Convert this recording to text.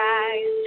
eyes